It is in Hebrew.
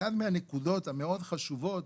אחת מהנקודות המאוד חשובות